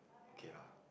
okay lah